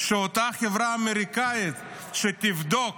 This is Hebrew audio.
שאותה חברה אמריקאית שתבדוק